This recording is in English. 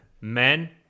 men